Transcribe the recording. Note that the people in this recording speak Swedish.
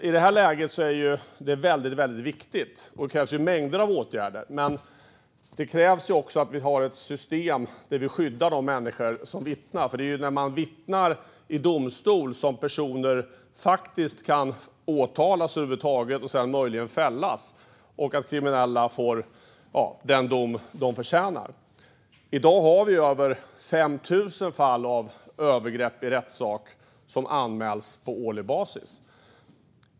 I det här läget är det väldigt viktigt att det vidtas mängder av åtgärder. Det krävs också att vi har ett system där vi skyddar de människor som vittnar, för det är ju när man vittnar i domstol som personer faktiskt kan åtalas över huvud taget och sedan möjligen fällas, så att kriminella får den dom de förtjänar. I dag anmäls på årlig basis över 5 000 fall av övergrepp i rättssak.